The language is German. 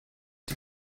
die